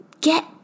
Get